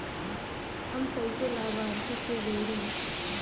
हम कइसे लाभार्थी के जोड़ी?